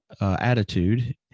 attitude